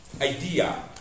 idea